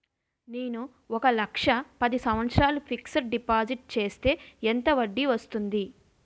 నేను ఒక లక్ష పది సంవత్సారాలు ఫిక్సడ్ డిపాజిట్ చేస్తే ఎంత వడ్డీ వస్తుంది?